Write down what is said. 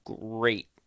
great